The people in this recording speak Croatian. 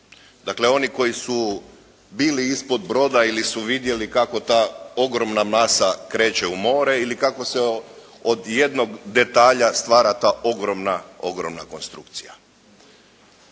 dakle, oni koji su bili ispod broda ili su vidjeli kako ta ogromna masa kreće u more ili kako se od jednog detalja stvara ta ogromna, ogromna konstrukcija.